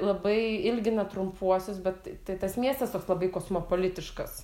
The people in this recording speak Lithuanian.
labai ilgina trumpuosius bet tai tas miestas toks labai kosmopolitiškas